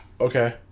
Okay